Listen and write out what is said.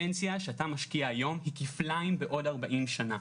הפנסיה שאתה משקיע היום היא כפליים בעוד 40 שנה.